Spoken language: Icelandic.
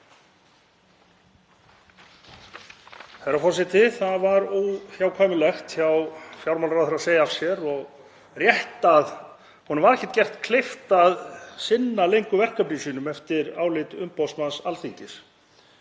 Það var óhjákvæmilegt hjá fjármálaráðherra að segja af sér og rétt að honum var ekki gert kleift að sinna lengur verkefnum sínum eftir álit umboðsmanns Alþingis.